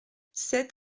sept